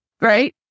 Right